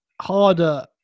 harder